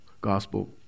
gospel